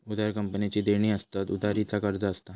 उधार कंपनीची देणी असतत, उधारी चा कर्ज असता